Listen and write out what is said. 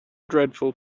dreadful